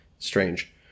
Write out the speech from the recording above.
Strange